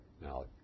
Now